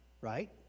right